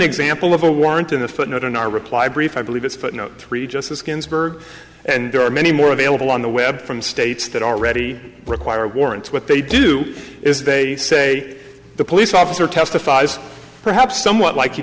example of a warrant in a footnote in our reply brief i believe it's footnote three justice ginsburg and there are many more available on the web from states that already require warrants what they do is they say the police officer testifies perhaps